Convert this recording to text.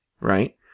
right